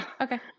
Okay